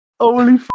Holy